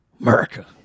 America